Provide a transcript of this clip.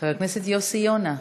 חבר הכנסת יוסי יונה,